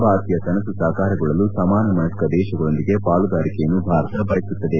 ಭಾರತೀಯ ಕನಸು ಸಾಕಾರಗೊಳ್ಳಲು ಸಮಾನ ಮನಸ್ಕ ದೇಶಗಳೊಂದಿಗೆ ಪಾಲುದಾರಿಕೆಯನ್ನು ಭಾರತ ಬಯಸುತ್ತದೆ